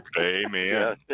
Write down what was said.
Amen